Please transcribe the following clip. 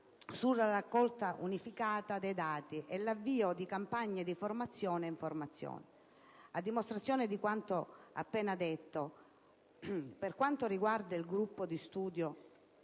sulla raccolta unificata dei dati e l'avvio di campagne di formazione e informazione. A dimostrazione di quanto appena detto, per quanto riguarda il gruppo di lavoro